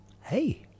hey